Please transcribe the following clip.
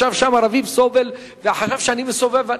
ישב שם רביב סובול וחשב שאני מסובב.